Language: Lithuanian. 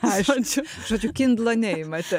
esančiu žodžiu